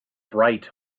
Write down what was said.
bright